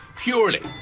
purely